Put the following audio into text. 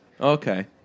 Okay